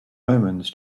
omens